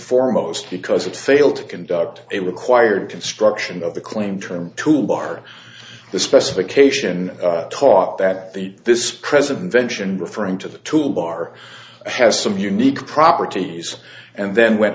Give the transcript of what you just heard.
foremost because it failed to conduct a required construction of the claimed term toolbar the specification taught that the this president vention referring to the toolbar has some unique properties and then wen